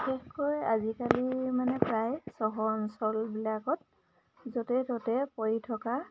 বিশেষকৈ আজিকালি মানে প্ৰায় চহৰ অঞ্চলবিলাকত য'তে ত'তে পৰি থকা